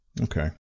Okay